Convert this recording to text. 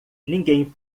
ninguém